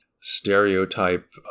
stereotype